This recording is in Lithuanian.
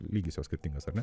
lygis jos skirtingas ar ne